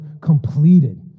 completed